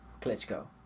Klitschko